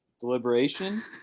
Deliberation